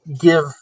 give